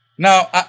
Now